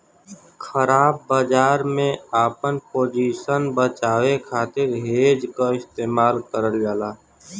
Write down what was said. ख़राब बाजार में आपन पोजीशन बचावे खातिर हेज क इस्तेमाल करल जाला